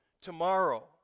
tomorrow